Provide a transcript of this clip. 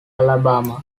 alabama